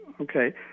Okay